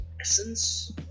essence